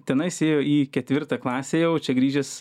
tenais ėjo į ketvirtą klasę jau čia grįžęs